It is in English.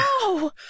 No